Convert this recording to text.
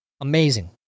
Amazing